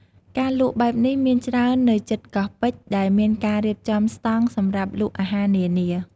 ការលក់បែបនេះមានច្រើននៅជិតកោះពេជ្រ ដែលមានការរៀបចំស្តង់សម្រាប់លក់អាហារនានា។